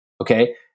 okay